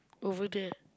over there